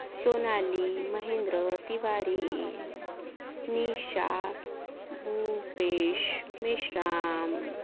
Sonali Mahendra Tiwari Nisha Bhupesh Meshram